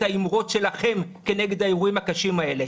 האמרות שלכם כנגד האירועים הקשים האלה.